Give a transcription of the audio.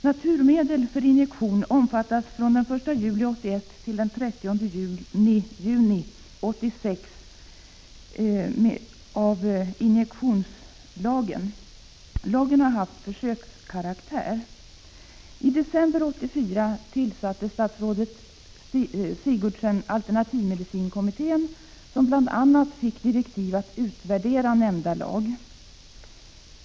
Naturmedel för injektion omfattas från den 1 juli 1981 till den 30 juni 1986 av den nämnda injektionslagen. Lagen har haft försökskaraktär. I december 1984 tillsatte statsrådet Sigurdsen alternativmedicinkommittén, som bl.a. fick direktiv att utvärdera nämnda lag.